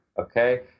Okay